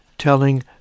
telling